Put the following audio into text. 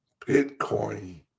Bitcoin